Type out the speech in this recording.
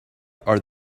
are